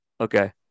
Okay